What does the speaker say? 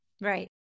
Right